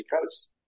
Coast